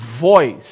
voice